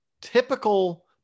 typical